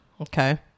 Okay